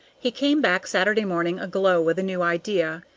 he came back saturday morning aglow with a new idea.